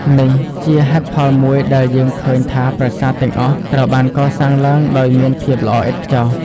នេះជាហេតុផលមួយដែលយើងឃើញថាប្រាសាទទាំងអស់ត្រូវបានកសាងឡើងដោយមានភាពល្អឥតខ្ចោះ។